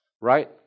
Right